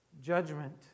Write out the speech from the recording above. judgment